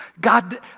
God